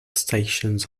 stations